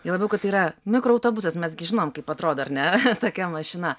juo labiau kad tai yra mikroautobusas mes gi žinom kaip atrodo ar ne tokia mašina